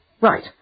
Right